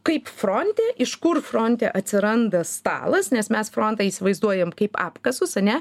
kaip fronte iš kur fronte atsiranda stalas nes mes frontą įsivaizduojam kaip apkasus ane